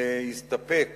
להסתפק